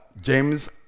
James